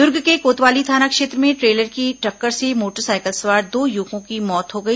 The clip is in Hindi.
दुर्ग के कोतवाली थाना क्षेत्र में ट्रेलर की टक्कर से मोटरसाइकिल सवार दो युवकों की मौत हो गई